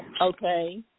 Okay